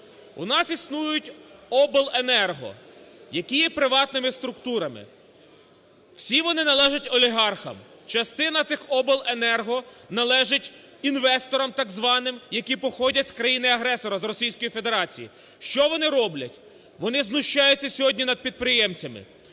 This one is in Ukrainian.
У нас існують обленерго, які є приватними структурами, всі вони належать олігархам. Частина цих обленерго належить інвесторам так званим, які походять з країни-агресора – з Російської Федерації. Що вони роблять? Вони знущаються сьогодні над підприємцями,